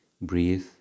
Breathe